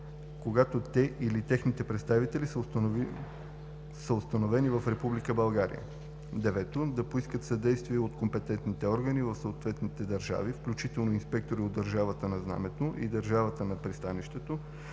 когато те или техните представители са установени в Република България; 9. да поискат съдействие от компетентните органи в съответните държави, включително инспектори от държавата на знамето и държавата на пристанището,